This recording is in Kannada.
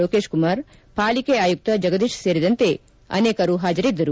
ಲೋಕೇಶ್ ಕುಮಾರ್ ಪಾಲಿಕೆ ಆಯುಕ್ತ ಜಗದೀಶ್ ಸೇರಿದಂತೆ ಮೊದಲಾದವರು ಹಾಜರಿದ್ದರು